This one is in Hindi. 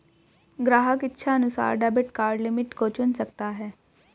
ग्राहक इच्छानुसार डेबिट कार्ड लिमिट को चुन सकता है